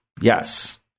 Yes